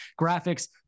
graphics